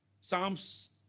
Psalms